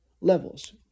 levels